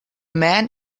man